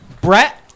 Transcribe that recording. Brett